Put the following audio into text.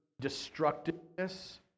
destructiveness